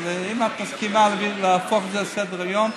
אם את מסכימה להפוך את זה להצעה לסדר-יום,